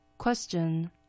Question